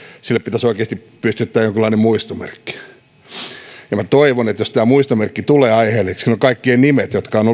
sille pitäisi oikeasti pystyttää jonkunlainen muistomerkki ja minä toivon että jos tämä muistomerkki tulee aiheelliseksi niin siinä on kaikkien nimet jotka ovat